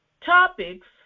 Topics